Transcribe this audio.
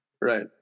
Right